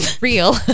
real